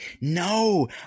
no